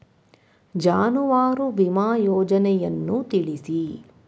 ಜಾನುವಾರು ವಿಮಾ ಯೋಜನೆಯನ್ನು ತಿಳಿಸಿ?